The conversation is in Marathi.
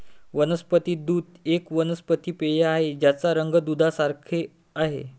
वनस्पती दूध एक वनस्पती पेय आहे ज्याचा रंग दुधासारखे आहे